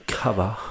cover